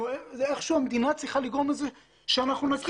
איכשהו המדינה צריכה לגרום לזה שאנחנו נקים.